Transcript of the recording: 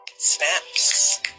Snaps